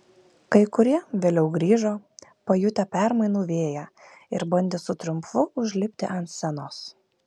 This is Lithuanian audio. kai kurie vėliau grįžo pajutę permainų vėją ir bandė su triumfu užlipti ant scenos